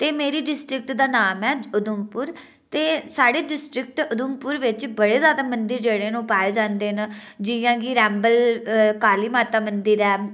ते मेरी डिस्ट्रिक्ट दा नाम ऐ उधमपुर ते साढ़े डिस्ट्रिक्ट उधमपुर बिच बड़े जादा मंदिर जेह्ड़े न ओह् पाये जन्दे न जि'यां की रैम्बल काली माता मंदिर ऐ